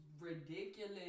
ridiculous